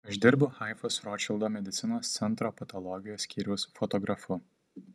aš dirbu haifos rotšildo medicinos centro patologijos skyriaus fotografu